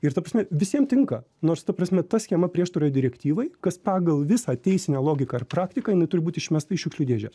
ir ta prasme visiem tinka nors ta prasme ta schema prieštaroje direktyvai kas pagal visą teisinę logiką ir praktiką jinai turi būt išmesta į šiukšlių dėžę